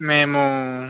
మేము